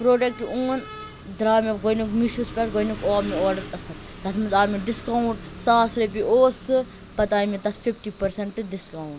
product اون درٛاو مےٚ گۄڈٕنیُک میٖشوَس پٮ۪ٹھ گۄڈٕنیُک آو مےٚ آرڈَر آصٕل تَتھ منٛز آو مےٚ ڈِسکاوُنٛٹ ساس رۄپیہِ اوس سُہ پَتہٕ آیہِ مےٚ تَتھ فِفٹی پٔرسَنٛٹ ڈِسکاوُنٛٹ